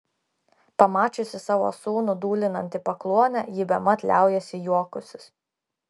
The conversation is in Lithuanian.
pamačiusi savo sūnų dūlinant į pakluonę ji bemat liaujasi juokusis